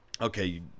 Okay